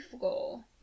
goal